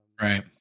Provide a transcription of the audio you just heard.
Right